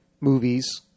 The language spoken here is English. movies